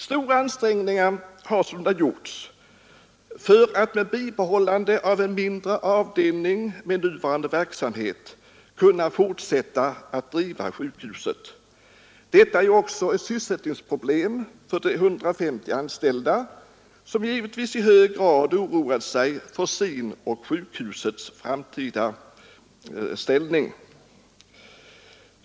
Stora ansträngningar har sålunda gjorts för att med bibehållande av en mindre avdelning med nuvarande verksamhet kunna fortsätta att driva sjukhuset. Detta är ju också ett sysselsättningsproblem för de 150 anställda, som givetvis i hög grad oroar sig för sin och sjukhusets framtid.